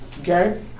Okay